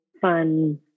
fun